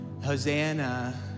Hosanna